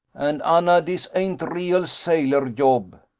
and, anna, dis ain't real sailor yob.